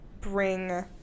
bring